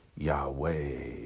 Yahweh